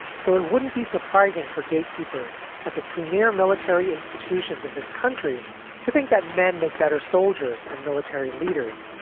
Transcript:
so it wouldn't be surprising for gatekeepers at the premiere military institutions of this country to think that men make better soldiers and military leaders,